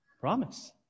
promise